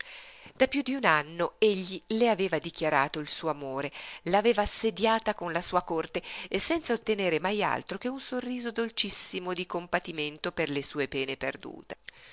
da piú d'un anno egli le aveva dichiarato il suo amore l'aveva assediata con la sua corte senza ottenere mai altro che un sorriso dolcissimo di compatimento per le sue pene perdute